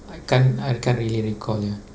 I can't I can't really recall ya